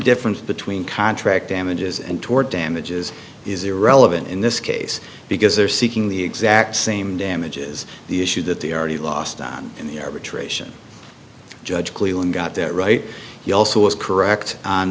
difference between contract damages and tort damages is irrelevant in this case because they're seeking the exact same damages the issue that the already lost on the arbitration judge cleveland got that right he also was correct